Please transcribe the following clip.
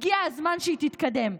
הגיע הזמן שהיא תתקדם.